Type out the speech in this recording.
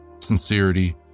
Sincerity